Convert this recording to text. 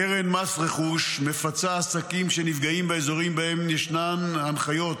קרן מס רכוש מפצה עסקים שנפגעים באזורים שבהם ישנן הנחיות